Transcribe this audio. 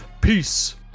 Peace